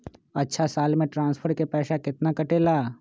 अछा साल मे ट्रांसफर के पैसा केतना कटेला?